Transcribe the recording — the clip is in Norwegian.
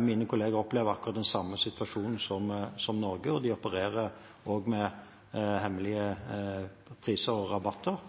Mine kolleger opplever akkurat den samme situasjonen som Norge, og de opererer også med hemmelige priser og rabatter.